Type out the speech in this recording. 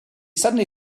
suddenly